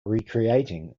recreating